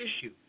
issue